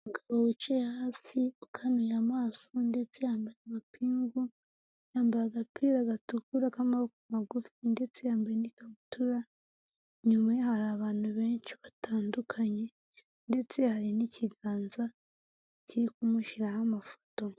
Umugabo wicaye hasi ukanuye amaso ndetse yambaye amapingu, yambaye agapira gatukura k'amaboko magufi ndetse yambaye n'ikabutura, inyuma hari abantu benshi batandukanye, ndetse hari n'ikiganza kiri kumushyiraho amafoto.